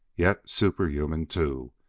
yet superhuman too,